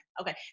Okay